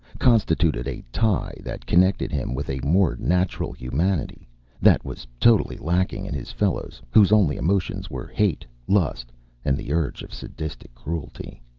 constituted a tie that connected him with a more natural humanity that was totally lacking in his fellows, whose only emotions were hate, lust and the urge of sadistic cruelty.